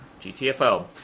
GTFO